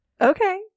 Okay